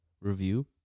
review